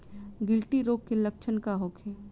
गिल्टी रोग के लक्षण का होखे?